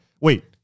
Wait